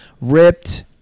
ripped